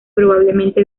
probablemente